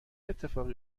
اتفاقی